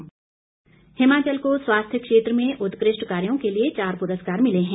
पुरस्कार हिमाचल को स्वास्थ्य क्षेत्र में उत्कृष्ट कार्यो के लिए चार पुरस्कार मिले हैं